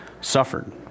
suffered